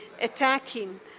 attacking